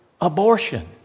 abortion